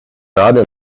ради